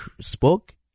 spoke